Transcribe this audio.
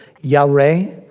Yahweh